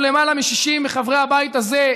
מה קרה,